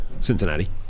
Cincinnati